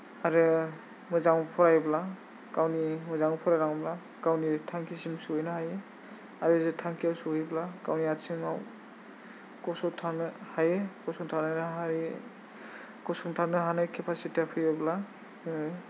आरो मोजां फरायोब्ला गावनि मोजां फरायलाङोब्ला गावनि थांखिसिम सहैनो हायो आरो बिदि थांखियाव सहैब्ला गावनि आथिङाव गसंथानो हायो गसंथानो हायो गसंथानो हानाय केपासितिया फैयोब्ला जोङो